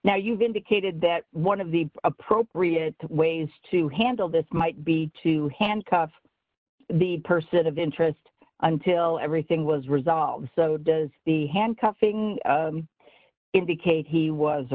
now you've indicated that one of the appropriate ways to handle this might be to handcuff the person of interest until everything was resolved so does the handcuffing in the case he was